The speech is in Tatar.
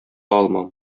алмам